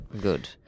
Good